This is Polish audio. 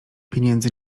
pieniędzy